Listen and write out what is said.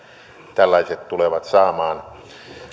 tällaiset tulevat saamaan